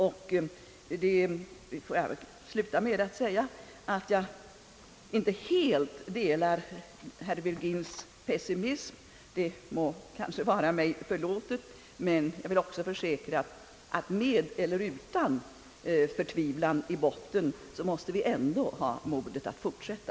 Jag får väl därför avsluta mitt anförande med att säga, att jag inte helt delar herr Virgins pessimism, Det må kanske vara mig förlåtet om jag därtill vill lägga en försäkran, att med eller utan förtvivlan i botten, måste vi ändå ha mod att fortsätta.